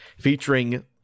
featuring